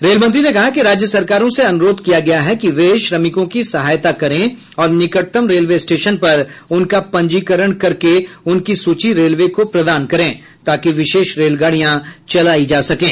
रेलमंत्री ने कहा कि राज्य सरकारों से अनुरोध किया गया है कि वे श्रमिकों की सहायता करें और निकटतम रेलवे स्टेशन पर उनका पंजीकरण करके उनकी सूची रेलवे को प्रदान करें ताकि विशेष रेलगाड़ियां चलाई जा सकें